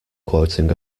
quoting